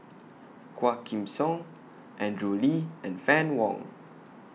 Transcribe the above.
Quah Kim Song Andrew Lee and Fann Wong